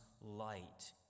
light